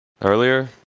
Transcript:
earlier